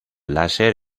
láser